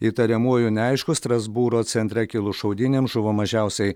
įtariamuoju neaišku strasbūro centre kilus šaudynėms žuvo mažiausiai